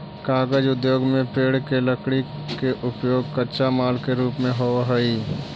कागज उद्योग में पेड़ के लकड़ी के उपयोग कच्चा माल के रूप में होवऽ हई